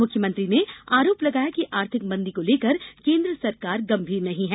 मुख्यमंत्री ने आरोप लगाया कि आर्थिक मंदी को लेकर केन्द्र सरकार गंभीर नहीं है